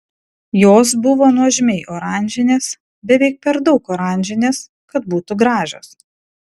jos buvo nuožmiai oranžinės beveik per daug oranžinės kad būtų gražios